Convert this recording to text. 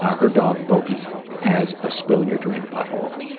ah her dog bogie has a spill your drink butthole,